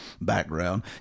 background